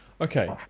okay